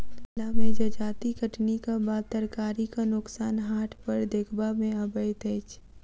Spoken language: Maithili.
मिथिला मे जजाति कटनीक बाद तरकारीक नोकसान हाट पर देखबा मे अबैत अछि